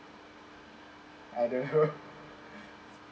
I don't know